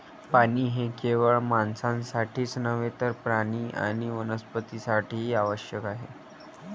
पाणी हे केवळ माणसांसाठीच नव्हे तर प्राणी आणि वनस्पतीं साठीही आवश्यक आहे